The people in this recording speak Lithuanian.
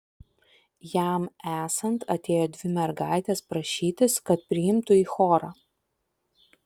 jam esant atėjo dvi mergaitės prašytis kad priimtų į chorą